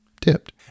tipped